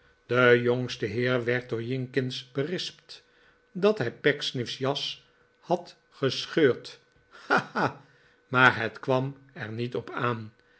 de jongste heer werd door jinkins berispt dat hij pecksniff's jas had gescheurd ha ha maar het kwam er niet op aan